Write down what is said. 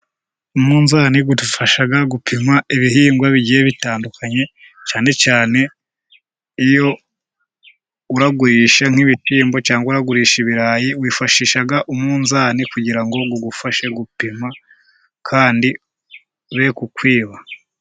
Umunzani budufasha gupima ibihingwa bigiye bitandukanye, cyane cyane iyo uragurisha nk'ibishyimbo, cyangwa uragurisha ibirayi, wifashisha umunzani kugira ngo ugufashe gupima, kandi ntibakukwibe.